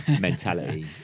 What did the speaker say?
mentality